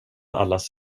allas